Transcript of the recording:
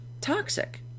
toxic